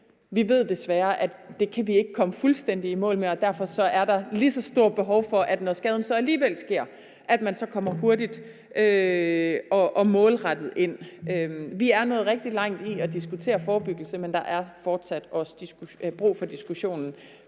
Vi ved desværre, at det kan vi ikke kommet fuldstændig i mål med, og derfor er der et lige så stort behov for, at man, når skaden så alligevel sker, går hurtigt og målrettet ind. Vi er nået rigtig langt med hensyn til at diskutere forebyggelse, men der er fortsat også brug for diskussionen